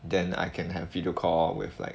then I can have video call with like